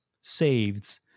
saved